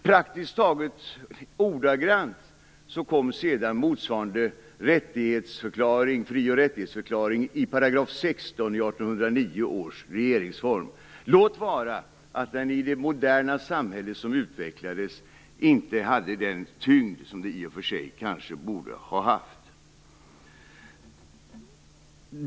Praktiskt taget ordagrant kom sedan motsvarande fri och rättighetsförklaring med i § 16 i 1809 års regeringsform. Låt vara att den i det moderna samhället som utvecklades inte hade den tyngd som den i och för sig borde ha haft.